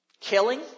killing